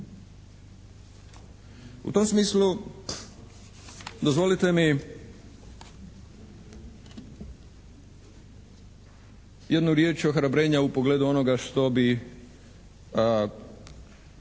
U tom smislu dozvolite mi jednu riječ ohrabrenja u pogledu onoga što bi